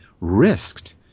risked